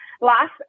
last